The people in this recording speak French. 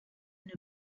une